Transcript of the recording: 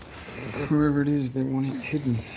whoever it is, they want it hidden.